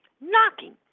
knocking